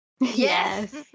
Yes